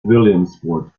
williamsport